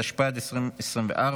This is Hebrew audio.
התשפ"ד 2024,